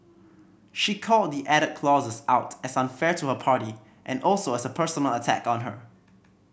she called the added clauses out as unfair to her party and also as a personal attack on her